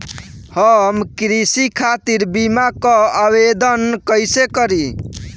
हम कृषि खातिर बीमा क आवेदन कइसे करि?